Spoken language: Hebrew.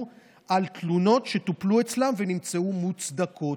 על תלונות שטופלו אצלה ונמצאו מוצדקות,